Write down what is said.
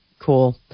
cool